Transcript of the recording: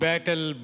Battle